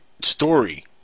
story